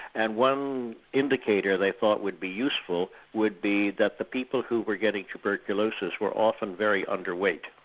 and one indicator they thought would be useful would be that the people who were getting tuberculosis were often very underweight.